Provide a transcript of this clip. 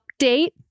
update